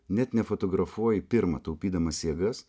net nefotografuoji pirmą taupydamas jėgas